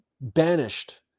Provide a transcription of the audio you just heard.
banished